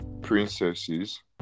princesses